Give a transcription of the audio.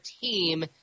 team